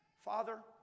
Father